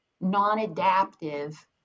non-adaptive